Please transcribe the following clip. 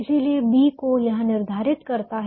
इसलिए B को यह निर्धारित करता है